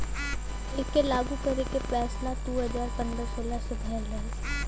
एके लागू करे के फैसला दू हज़ार पन्द्रह सोलह मे भयल रहल